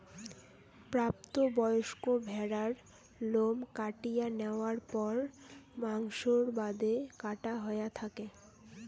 প্রাপ্ত বয়স্ক ভ্যাড়ার লোম কাটিয়া ন্যাওয়ার পর মাংসর বাদে কাটা হয়া থাকে